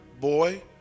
boy